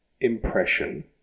impression